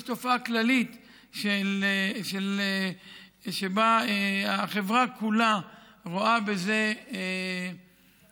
יש תופעה כללית שבה החברה כולה רואה בזה הקלה.